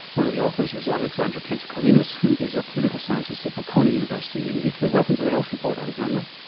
one of the authors was alexander kentikelenis who is a political scientist at bocconi university in italy. welcome to the health report, alexander.